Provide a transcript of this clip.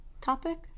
topic